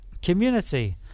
community